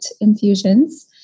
infusions